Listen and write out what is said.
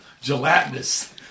Gelatinous